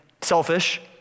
selfish